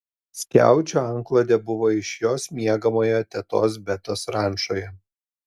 skiaučių antklodė buvo iš jos miegamojo tetos betos rančoje